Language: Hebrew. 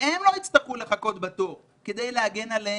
שהם לא יצטרכו לחכות בתור כדי להגן עליהן,